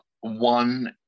One